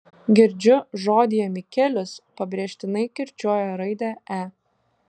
girdžiu žodyje mikelis pabrėžtinai kirčiuoja raidę e